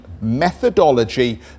methodology